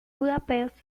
budapest